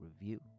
Review